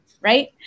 right